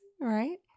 right